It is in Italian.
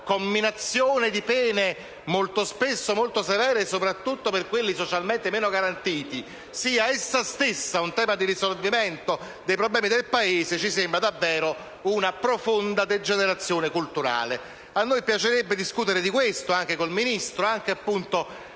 comminazione di pene spesso molto severe, soprattutto per i socialmente meno garantiti, sia essa stessa un tema di risoluzione dei problemi del Paese ci sembra una profonda degenerazione culturale. A noi piacerebbe discutere di questo con il Ministro e anche